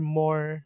more